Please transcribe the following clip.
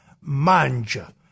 manja